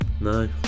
No